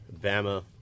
Bama